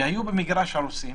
שהיו במגרש הרוסים,